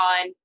on